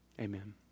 Amen